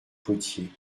potier